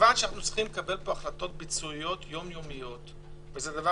מכיוון שאנחנו צריכים לקבל פה החלטות ביצועיות יום-יומיות וזה דבר